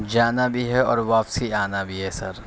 جانا بھی ہے اور واپسی آنا بھی ہے سر